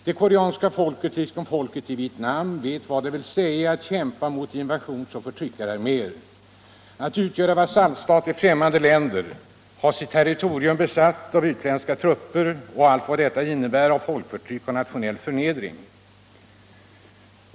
Det koreanska folket liksom folket i Vietnam vet vad det vill säga att kämpa mot invasionsoch förtryckararméer, att utgöra vasallstat till främmande länder, ha sitt territorium besatt av utländska trupper med allt vad detta innebär av folkförtryck och nationell förnedring.